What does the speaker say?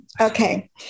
Okay